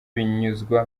binyuzwa